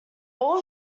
all